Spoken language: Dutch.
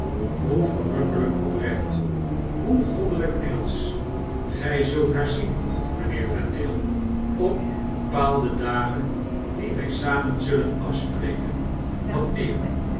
hoe verrukkelgk oprecht hoe goddelp engelsch gg zult haar zien mynheer vendale op bepaalde dagen die wij samen zullen afspreken wat meer